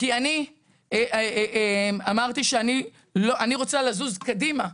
כי אני אמרתי שאני רוצה לזוז קדימה.